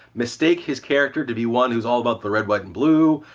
mistake his character to be one who's all about the red, white, and blue,